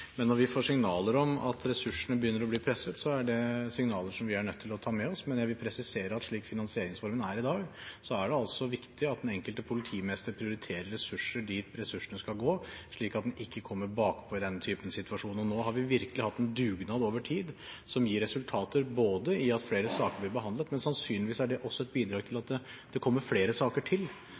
Men når vi får signaler om at ressursene begynner å bli presset, er det signaler vi er nødt til å ta med oss. Jeg vil imidlertid presisere at slik finansieringsformen er i dag, er det viktig at den enkelte politimester prioriterer ressurser dit ressursene skal gå, slik at en ikke kommer bakpå i denne typen situasjoner. Nå har vi virkelig hatt en dugnad over tid som har gitt resultater, både ved at flere saker blir behandlet, og ved at det sannsynligvis også er et bidrag til at det kommer flere saker til.